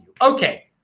Okay